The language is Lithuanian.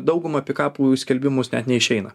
dauguma pikapų į skelbimus net neišeina